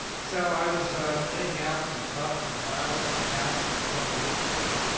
so, i was cleaning out some stuff, some files in my house just a couple of weeks ago,